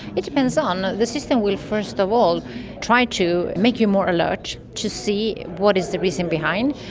it depends on, the system will first of all try to make you more alert, to see what is the reason behind.